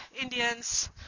Indians